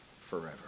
forever